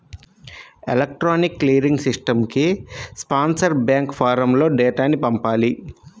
electronic clearing సిస్టమ్కి sponsor bank ఫారమ్లో డేటాను పంపాలి